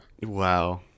Wow